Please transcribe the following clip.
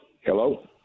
Hello